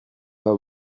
pas